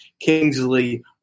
Kingsley